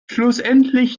schlussendlich